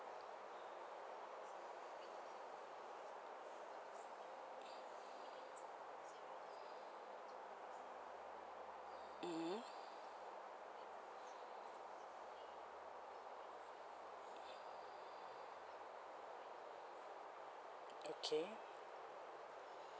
mmhmm okay